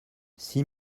six